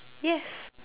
yes